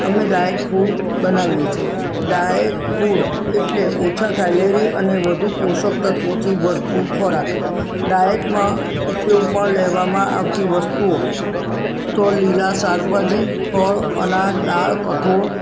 અમે diet food બનાવીએ છે ડાયટ ફૂડ એટલે ઓછા કેલેરી અને વધુ પોષક તત્વોથી ભરપૂર ખોરાક ડાયટમાં ઉપયોગમાં લેવામાં આવતી વસ્તુઓ તો લીલાં શાકભાજી ફળ અનાજ દાળ કઠોળ